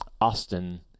Austin